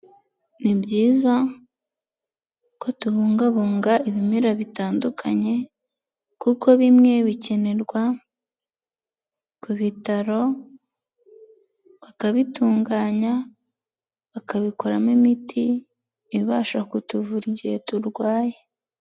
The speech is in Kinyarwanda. Ni byiza ko tubungabunga ibimera bitandukanye, kuko bimwe bikenerwa ku bitaro bakabitunganya, bakabikoramo imiti ibasha kutuvura igihe turwaye.